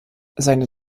seine